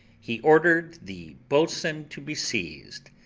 he ordered the boatswain to be seized,